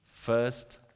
first